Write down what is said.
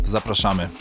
Zapraszamy